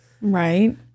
right